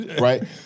right